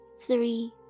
three